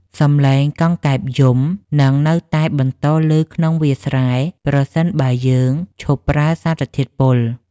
សម្លេងកង្កែបយំនឹងនៅតែបន្តឮក្នុងវាលស្រែ ប្រសិនបើយើងឈប់ប្រើសារធាតុពុល។